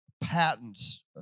patents